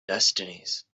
destinies